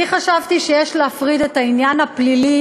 אני חשבתי שיש להפריד את העניין הפלילי,